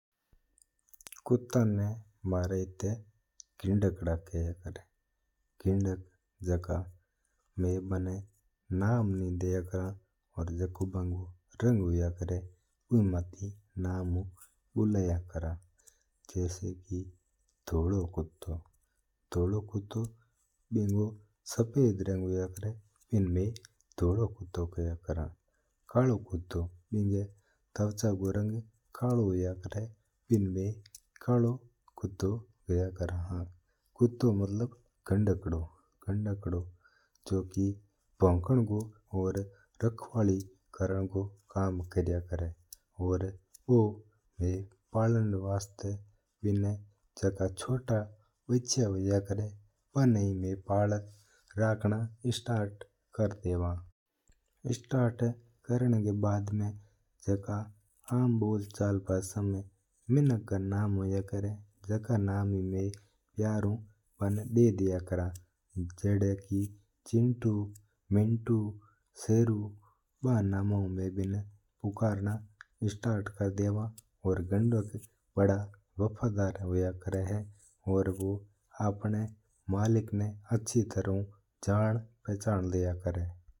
कुत्ता ना म्हारा आता गिनकड़ा किया करा है। मै बाणा नाम नीं दिया कर्र मै बाणा जको रंग हुआ भी ही नाम हू बुलाया करा हा। जस्सी की धोलो कुत्तो धुलो कुत्ता रो रंग सफेद होया करा है। कालो कुत्तो बिकौ त्वचा रू रंग काले होया करा है तो बिना मै कालो कुत्तु खेवा हा। कुत्ता भोकना रो और रखवाली करणारू कम्म क्रिया करा है।